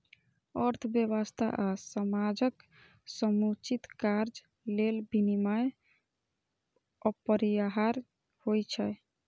अर्थव्यवस्था आ समाजक समुचित कार्य लेल विनियम अपरिहार्य होइ छै